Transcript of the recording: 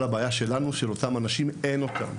הבעיה שלנו ושל אותם אנשים, היא שאין אותם.